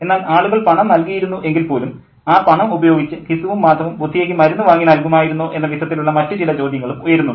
എന്നാൽ ആളുകൾ പണം നൽകിയിരുന്നു എങ്കിൽ പോലും ആ പണം ഉപയോഗിച്ച് ഘിസുവും മാധവും ബുധിയയ്ക്ക് മരുന്ന് വാങ്ങി നൽകുമായിരുന്നോ എന്ന വിധത്തിലുള്ള മറ്റ് ചില ചോദ്യങ്ങളും ഉയരുന്നുണ്ട്